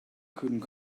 couldn’t